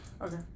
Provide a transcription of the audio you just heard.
Okay